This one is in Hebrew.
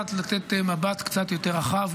בואו נתחיל שנייה אחת לתת מבט קצת יותר רחב,